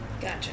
Gotcha